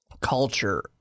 culture